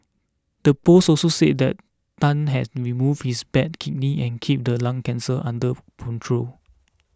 the post also said that Tan had removed his bad kidney and keep the lung cancer under control